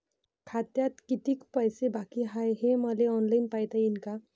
खात्यात कितीक पैसे बाकी हाय हे मले ऑनलाईन पायता येईन का?